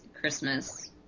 Christmas